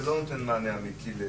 זה לא נותן מענה אמיתי.